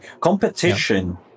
competition